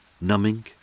numbing